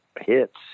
hits